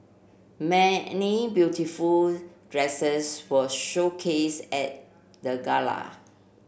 many beautiful dresses were showcased at the gala